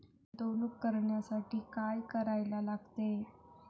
गुंतवणूक करण्यासाठी काय करायला लागते?